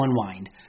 unwind